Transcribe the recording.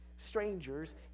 strangers